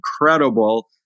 incredible